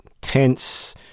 tense